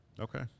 Okay